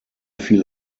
fiel